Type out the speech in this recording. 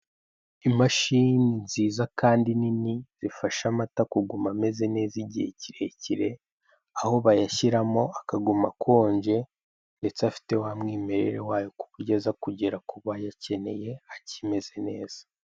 Imashini nziza kandi nini zifasha amata kuguma ameze neza igihe kirekire, aho bayashyiramo akaguma akonje ndetse afite wa mwimerere wayo kuburyo aza kugera kubayakeneye akimeze neza.